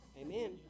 Amen